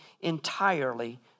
entirely